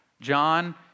John